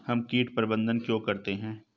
हम कीट प्रबंधन क्यों करते हैं?